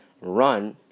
run